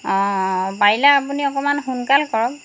অঁ অঁ পাৰিলে আপুনি অকণমান সোনকাল কৰক